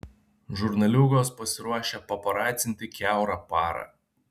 žurnaliūgos pasiruošę paparacinti kiaurą parą